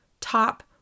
top